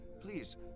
please